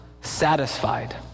satisfied